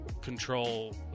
control